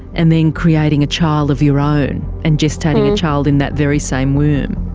and then creating a child of your own and gestating a child in that very same womb.